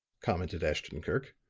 commented ashton-kirk.